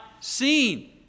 seen